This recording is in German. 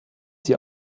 sie